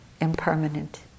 impermanent